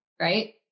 right